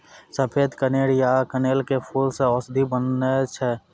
सफेद कनेर या कनेल के फूल सॅ औषधि बनै छै